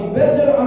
better